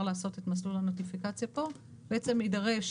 לעשות את מסלול הנוטיפיקציה כאן בעצם יידרש